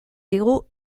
digu